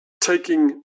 taking